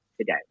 Today